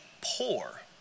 poor